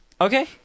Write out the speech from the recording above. Okay